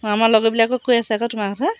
অঁ আমাৰ লগৰবিলাকেও কৈ আছে আকৌ তোমাৰ কথা